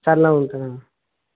చల్లగా ఉంటుంది అన్న